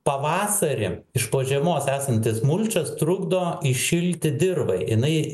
pavasarį iš po žiemos esantis mulčas trukdo įšilti dirvai jinai